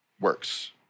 works